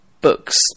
books